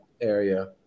area